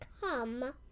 come